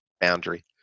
boundary